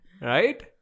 right